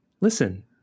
Listen